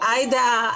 עאידה,